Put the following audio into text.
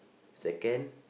second